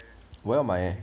我要买 eh